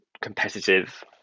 competitive